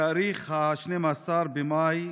בתאריך 12 במאי